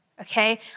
Okay